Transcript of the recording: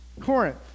Corinth